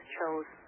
chose